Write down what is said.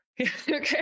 okay